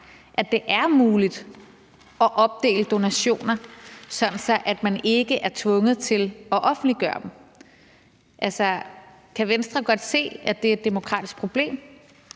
at det er muligt at opdele donationer, sådan at man ikke er tvunget til at offentliggøre dem. Kan Venstre godt se, at det er et demokratisk problem?